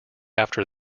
after